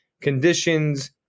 conditions